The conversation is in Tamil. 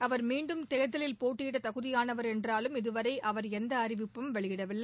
அவர் மீண்டும் தேர்தலில் போட்டியிட தகுதியானவர் என்றாலும் இதுவரை அவர் எந்த அறிவிப்பும் வெளியிடவில்லை